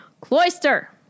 cloister